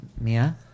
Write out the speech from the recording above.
Mia